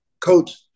coach